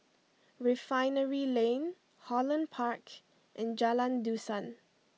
Refinery Lane Holland Park and Jalan Dusan